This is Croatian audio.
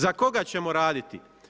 Za koga ćemo raditi?